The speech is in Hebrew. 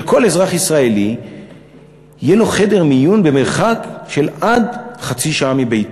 שכל אזרח ישראלי יהיה לו חדר מיון במרחק של עד חצי שעה מביתו.